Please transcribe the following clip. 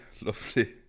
lovely